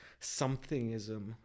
somethingism